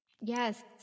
Yes